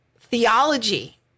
THEOLOGY